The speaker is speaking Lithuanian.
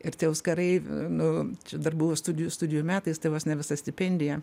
ir tie auskarai nu dar buvo studijų studijų metais tai vos ne visa stipendija